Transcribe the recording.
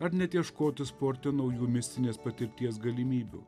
ar net ieškoti sporte naujų mistinės patirties galimybių